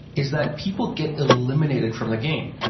is that people get eliminated from the game.